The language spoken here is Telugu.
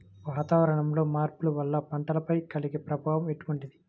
వాతావరణంలో మార్పుల వల్ల పంటలపై కలిగే ప్రభావం ఎటువంటిది?